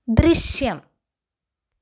ദൃശ്യം